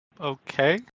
okay